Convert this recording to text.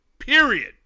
Period